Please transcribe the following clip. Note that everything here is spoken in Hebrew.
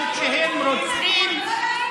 גם כשהם רוצחים,